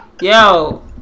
Yo